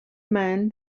man